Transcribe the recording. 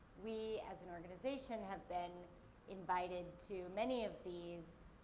we, as an organization have been invited to many of these,